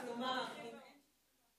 אנחנו מעריכים את זה.